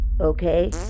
Okay